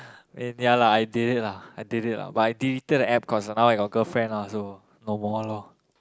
and ya lah I did it lah I did it lah but I deleted the App cause now I got girlfriend ah so no more loh